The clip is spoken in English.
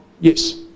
yes